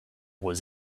was